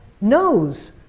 knows